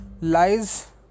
lies